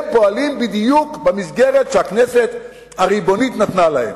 הם פועלים בדיוק במסגרת שהכנסת הריבונית נתנה להם.